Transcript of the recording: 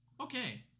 Okay